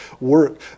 work